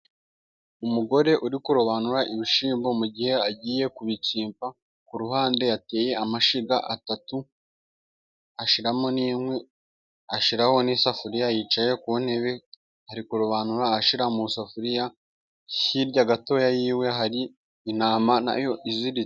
Umugore uri kurobanura ibishyimbo mu gihe agiye kubitsimba, ku ruhande yateye amashyiga atatu, ashyiramo n'inkwi ashyiraho n'isafuriya yicaye ku ntebe ,ari kurobanura ashyira mu isafuriya hirya gatoya y'iwe hari intama nayo iziritse.